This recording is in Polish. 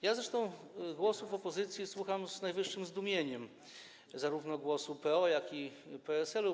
Ja zresztą głosów opozycji słucham z najwyższym zdumieniem, zarówno głosu PO, jak i PSL-u.